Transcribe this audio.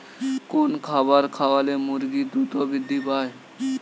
কোন খাবার খাওয়ালে মুরগি দ্রুত বৃদ্ধি পায়?